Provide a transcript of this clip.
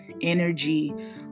energy